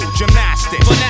gymnastics